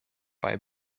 bei